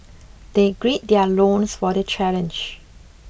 they gird their loins for the challenge